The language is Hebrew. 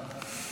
תודה רבה.